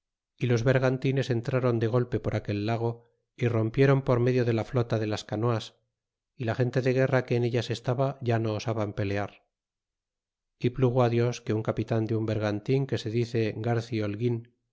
ó los ber gantines entraron de golpe por aquel lago y rompieron por me dio de la ilota de las canoas y la gente de guerra que en ellas a estaba ya no osaban pelear y plugo á dios que un capitan de un bergantin que se dice garci holgain